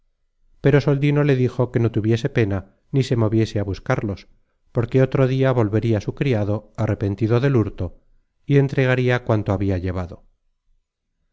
pero soldino le dijo que no tuviese pena ni se moviese á buscarlos porque otro dia volveria su criado arrepentido del hurto y entregaria cuanto habia llevado